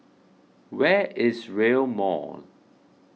where is Rail Mall